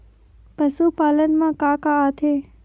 पशुपालन मा का का आथे?